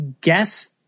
guess